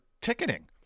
ticketing